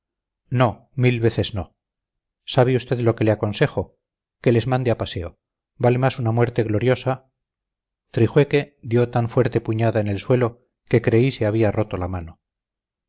no mil veces no sabe usted lo que le aconsejo que les mande a paseo vale más una muerte gloriosa trijueque dio tan fuerte puñada en el suelo que creí se había roto la mano